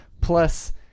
Plus